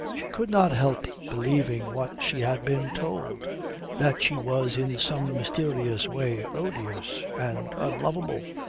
she could not help believing what she had been told that she was in some mysterious way odious and unlovable.